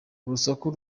urusaku